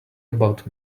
about